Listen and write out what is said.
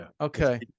Okay